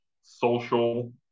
social